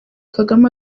kagame